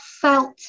felt